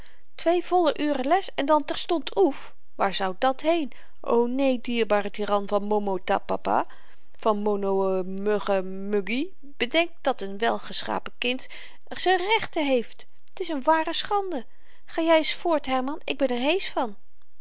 twee volle uren les en dan terstond oef waar zou dat heen o neen dierbare tiran van monomotapapa van monoë muggen muggi bedenk dat n welgeschapen kind z'n rechten heeft t is n ware schande ga jy ns voort herman ik ben r heesch van